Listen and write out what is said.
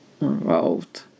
involved